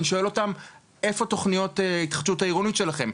אני שואל אותם איפה תכניות ההתחדשות העירונית שלכם,